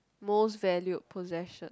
most valued possession